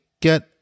get